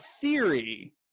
theory